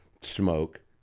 smoke